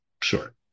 Sure